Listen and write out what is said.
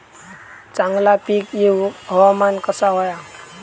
चांगला पीक येऊक हवामान कसा होया?